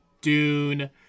Dune